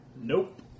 Nope